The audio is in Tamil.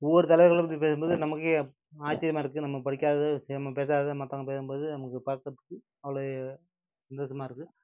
ஒவ்வொரு தலைவர்களை பற்றி பேசும்போது நமக்கே ஆச்சரியமாக இருக்குது நம்ம படிக்காத விஷயம் நம்ம பேசாததை மற்றவுங்க பேசும்போது நமக்கு பார்க்கறத்துக்கு அவ்வளோ சந்தோஷமாக இருக்குது